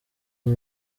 abo